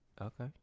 Okay